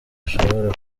ushobora